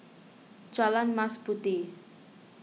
Jalan Mas Puteh